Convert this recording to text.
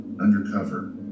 undercover